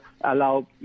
allow